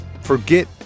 Forget